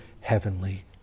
heavenly